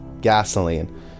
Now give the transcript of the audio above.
gasoline